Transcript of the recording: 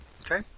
Okay